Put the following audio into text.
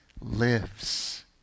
lives